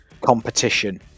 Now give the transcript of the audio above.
competition